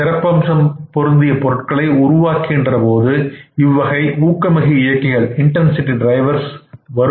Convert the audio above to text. சிறப்பம்சம் பொருந்திய பொருட்களை உருவாகின்றது இவ்வகை ஊக்கமிகுதி இயக்கிகள் வரும்